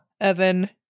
Evan